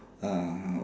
uh